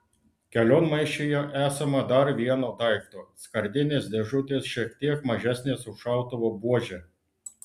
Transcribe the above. kelionmaišyje esama dar vieno daikto skardinės dėžutės šiek tiek mažesnės už šautuvo buožę